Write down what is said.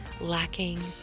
lacking